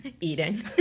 eating